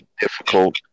difficult